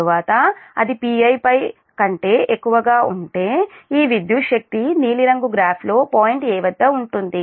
తర్వాత అది Pi pi కంటే ఎక్కువగా ఉంటే ఈ విద్యుత్ శక్తి నీలిరంగు గ్రాఫ్లో పాయింట్ 'a' వద్ద ఉంటుంది